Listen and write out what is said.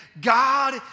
God